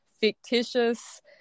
fictitious